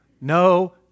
no